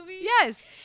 Yes